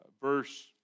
verse